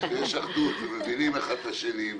כשיש אחדות ומבינים אחד את השני,